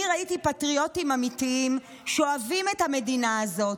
אני ראיתי פטריוטים אמיתיים שאוהבים את המדינה הזאת.